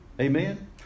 Amen